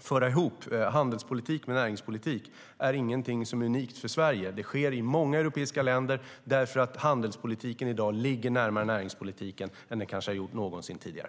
föra ihop handelspolitik med näringspolitik är ingenting unikt för Sverige. Det sker i många europeiska länder eftersom handelspolitiken i dag ligger närmare näringspolitiken än kanske någonsin tidigare.